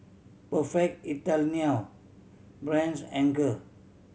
Perfect Italiano Brand's Anchor